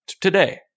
today